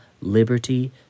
liberty